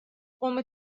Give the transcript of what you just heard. قوم